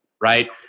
right